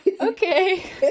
okay